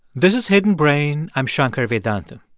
this is hidden brain. i'm shankar vedantam.